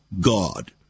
God